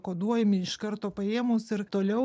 koduojami iš karto paėmus ir toliau